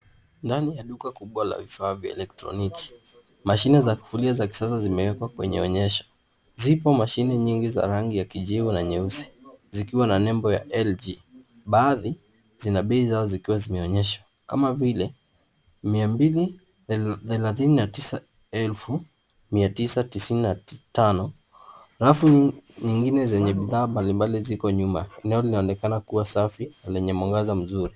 Ndani ya duka kubwa la vifaa vya elektroniki mashine za kisasa za kufua zimewekwa kwenye onyesho. Zipo mashine za rangi ya kijivu na nyeusi zikiwa na nembo ya LG. Baadhi zina bei zao zikiwa zimeonyeshwa kama vile 239,995. Rafu nyingine zenye bidhaa mbalimbali ziko nyuma. Eneo linaonekana kuwa safi na lenye mwangaza mzuri.